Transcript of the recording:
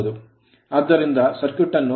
ಆದ್ದರಿಂದ ಸರ್ಕ್ಯೂಟ್ ಅನ್ನು ಸಂಖ್ಯೆ 15 ಗೆ ಇಳಿಸುವುದು